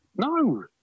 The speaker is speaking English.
No